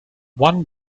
one